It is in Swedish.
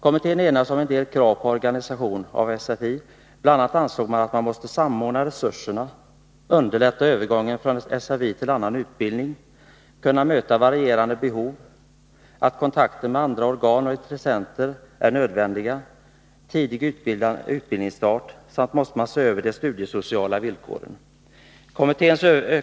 Kommittén enades om en del krav på organisationen av SFI. Bl. a. ansåg kommittén att man måste samordna resurserna, underlätta övergången från SFI till annan utbildning och kunna möta varierande behov. Kommittén sade också att kontakter med andra organ och intressenter är nödvändiga, att det är viktigt med en tidig utbildningsstart samt att man måste se över de studiesociala villkoren.